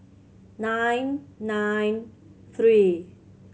nine nine three